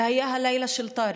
זה היה הלילה של טארק,